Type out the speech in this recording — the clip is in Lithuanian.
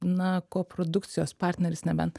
na koprodukcijos partneris nebent